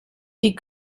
die